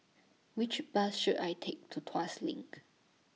Which Bus should I Take to Tuas LINK